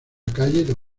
calle